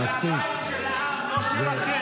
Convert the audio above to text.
זה הבית של העם, לא שלכם.